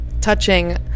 Touching